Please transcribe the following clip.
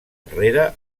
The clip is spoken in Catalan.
enrere